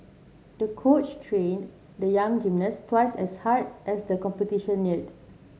the coach trained the young gymnast twice as hard as the competition neared